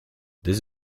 this